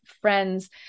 friends